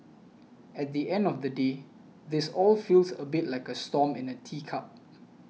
at the end of the day this all feels a bit like a storm in a teacup